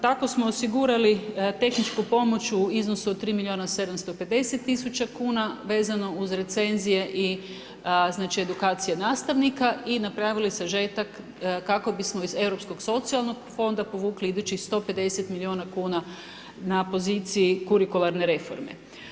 Tako smo osigurali tehničku pomoć u iznosu od 3 milijuna 750 tisuća kuna vezano uz recenzije i znači edukacije nastavnika i napravili sažetak kako bismo iz Europskog socijalnog fonda povukli idućih 150 milijuna kuna na poziciji kurikularne reforme.